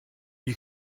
you